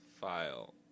file